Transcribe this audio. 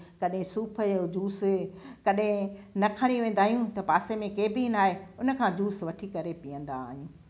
कॾहिं सूफ जो जूस कॾहिं न खणी वेंदा आहियूं त पासे में कैबिन आहे उनखां जूस वठी करे पीअंदा आहियूं